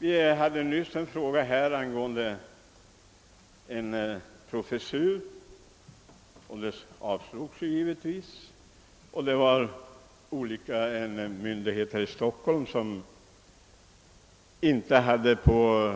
Vi behandlade nyss motioner angående en professur — de avslogs givetvis. Myndigheterna här i Stockholm hade i detta ärende på